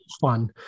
fun